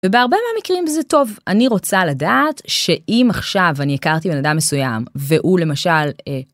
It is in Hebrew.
ובהרבה מהמקרים זה טוב אני רוצה לדעת שאם עכשיו אני הכרתי בנאדם מסוים והוא למשל.